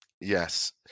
Yes